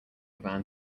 van